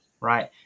right